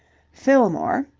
fillmore,